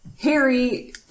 Harry